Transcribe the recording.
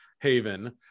haven